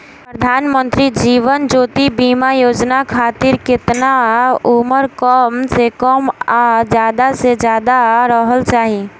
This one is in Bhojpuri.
प्रधानमंत्री जीवन ज्योती बीमा योजना खातिर केतना उम्र कम से कम आ ज्यादा से ज्यादा रहल चाहि?